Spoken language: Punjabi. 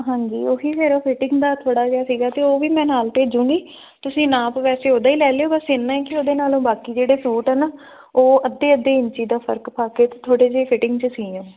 ਹਾਂਜੀ ਉਹੀ ਫਿਰ ਉਹ ਫੀਟਿੰਗ ਦਾ ਥੋੜ੍ਹਾ ਜਿਹਾ ਸੀਗਾ ਅਤੇ ਉਹ ਵੀ ਮੈਂ ਨਾਲ ਭੇਜੂਗੀ ਤੁਸੀਂ ਨਾਪ ਵੈਸੇ ਉਹਦਾ ਹੀ ਲੈ ਲਿਓ ਬਸ ਇੰਨਾ ਹੀ ਕਿ ਉਹਦੇ ਨਾਲੋਂ ਬਾਕੀ ਜਿਹੜੇ ਸੂਟ ਆ ਨਾ ਉਹ ਅੱਧੇ ਅੱਧੇ ਇੰਚ ਦਾ ਫਰਕ ਪਾ ਕੇ ਤੇ ਥੋੜ੍ਹੇ ਜਿਹੇ ਫੀਟਿੰਗ 'ਚ ਸੀਏ